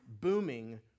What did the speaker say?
booming